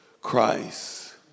Christ